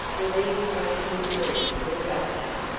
there'll be a train here soon for the junction,